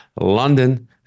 London